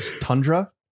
tundra